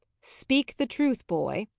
speak the truth, boy,